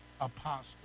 Apostle